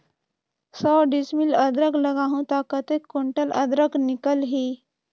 सौ डिसमिल अदरक लगाहूं ता कतेक कुंटल अदरक निकल ही?